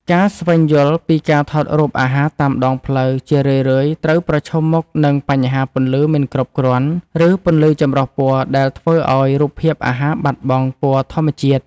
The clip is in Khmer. ការស្វែងយល់ពីការថតរូបអាហារតាមដងផ្លូវ ជារឿយៗត្រូវប្រឈមមុខនឹងបញ្ហាពន្លឺមិនគ្រប់គ្រាន់ ឬពន្លឺចម្រុះពណ៌ដែលធ្វើឱ្យរូបភាពអាហារបាត់បង់ពណ៌ធម្មជាតិ។